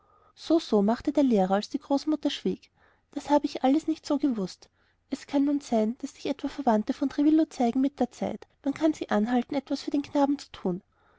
so so machte der lehrer als die großmutter schwieg das habe ich alles nicht so gewußt es kann nun sein daß sich etwa verwandte von dem trevillo zeigen mit der zeit und man kann sie anhalten etwas für den knaben zu tun